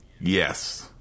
Yes